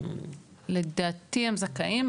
לדעתי הם זכאים,